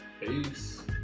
Peace